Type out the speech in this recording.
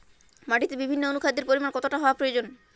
মাটিতে বিভিন্ন অনুখাদ্যের পরিমাণ কতটা হওয়া প্রয়োজন?